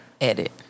edit